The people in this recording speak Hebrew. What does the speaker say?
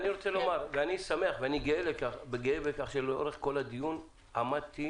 אני גאה בכך שלאורך כל הדיון עמדתי